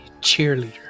cheerleader